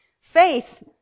faith